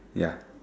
ya